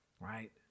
right